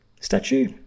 statue